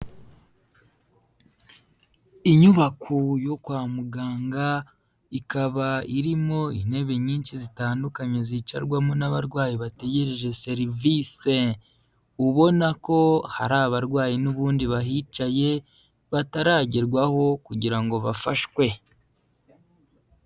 Inyubako yo kwa muganga, ikaba irimo intebe nyinshi zitandukanye zicarwamo n'abarwayi bategereje serivise. Ubona ko hari abarwayi n'ubundi bahicaye, bataragerwaho, kugira ngo bafashwe.